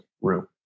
room